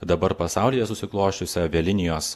dabar pasaulyje susiklosčiusią avialinijos